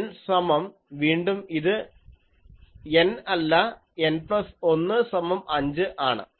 N സമം വീണ്ടും ഇത് N അല്ല N പ്ലസ് 1 സമം 5 ആണ്